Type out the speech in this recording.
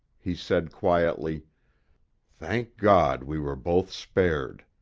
he said quietly thank god we were both spared.